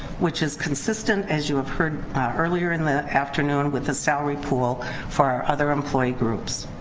which is consistent, as you have heard earlier in the afternoon, with the salary pool for our other employee groups.